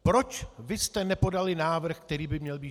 Proč vy jste nepodali návrh, který by měl být širší?